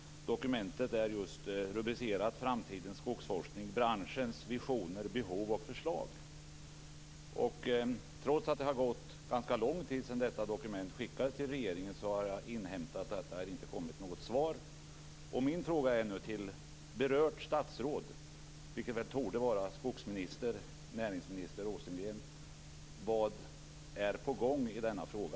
Dokumentet är rubricerat Framtidens skogsforskning, branschens visioner, behov och förslag. Jag har inhämtat att, trots att det har gått ganska lång tid sedan detta dokument skickades till regeringen, det inte har kommit något svar. Min fråga till berört statsråd, vilket väl torde vara näringsminister Björn Rosengren, är: Vad är på gång i denna fråga?